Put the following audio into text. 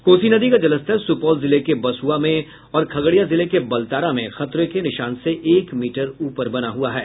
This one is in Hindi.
कोसी नदी का जलस्तर सुपौल जिले के बसुआ में और खगड़िया जिले के बलतारा में खतरे के निशान से एक मीटर ऊपर बना हुआ है